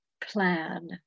plan